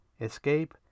escape